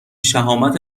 شهامت